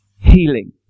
healing